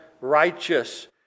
righteous